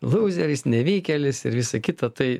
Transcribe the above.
lūzeris nevykėlis ir visa kita tai